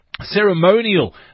ceremonial